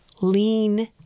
lean